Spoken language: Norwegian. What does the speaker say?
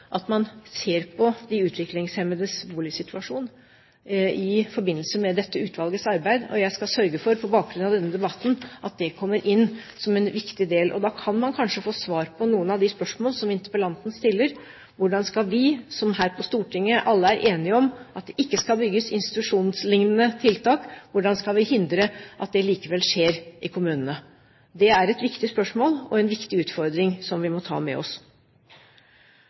at man ser på de utviklingshemmedes boligsituasjon i forbindelse med dette utvalgets arbeid, og jeg skal sørge for, på bakgrunn av denne debatten, at det kommer inn som en viktig del. Da kan man kanskje få svar på noen av de spørsmål som interpellanten stiller. Hvordan skal vi – som her på Stortinget alle er enige om at det ikke skal bygges institusjonslignende tiltak – hindre at det likevel skjer i kommunene? Det er et viktig spørsmål og en viktig utfordring som vi må ta med oss.